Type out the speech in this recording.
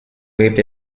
waved